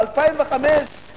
ב-2005 הוא